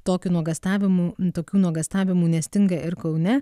tokių nuogąstavimų tokių nuogąstavimų nestinga ir kaune